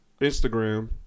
Instagram